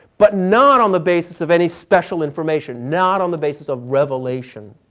but not on the basis of any special information, not on the basis of revelation.